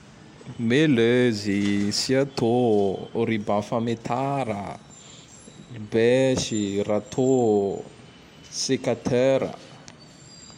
melezy, siatô, riban fametara a, Bèsy, ratô o, sekatèra!